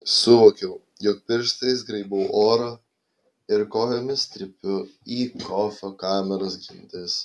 suvokiau jog pirštais graibau orą ir kojomis trypiu į kofio kameros grindis